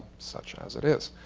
such as it is.